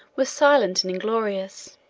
were silent and inglorious